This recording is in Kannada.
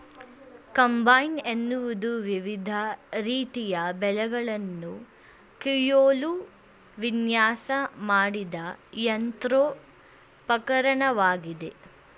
ಕಂಬೈನ್ಸ್ ಎನ್ನುವುದು ವಿವಿಧ ರೀತಿಯ ಬೆಳೆಗಳನ್ನು ಕುಯ್ಯಲು ವಿನ್ಯಾಸ ಮಾಡಿದ ಯಂತ್ರೋಪಕರಣವಾಗಿದೆ